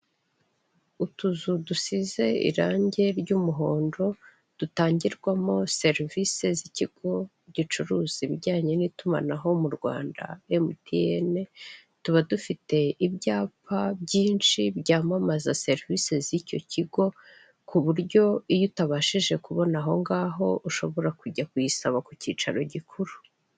Utuzu dusize irange ry'umuhodo, dutangirwanmo serivise z'ikigo gicuruza ibijyanye n'itumanaho mu Rwanda, emutiyene, tuba dufite ibyapa byinshi byamamaza serivise z'icyo kigo, ku buryo iyo utabashije kubona ahongaho, ushobora kujya kuyisaba ku cyicaro gikuru.